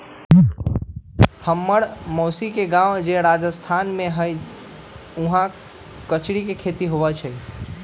हम्मर मउसी के गाव जे राजस्थान में हई उहाँ कचरी के खेती होई छई